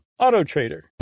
AutoTrader